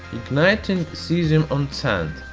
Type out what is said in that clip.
igniting cesium on sand,